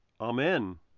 Amen